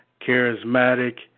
charismatic